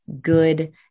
good